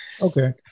Okay